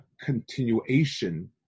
continuation